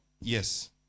Yes